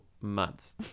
months